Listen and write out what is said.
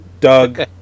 Doug